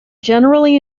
generally